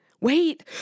wait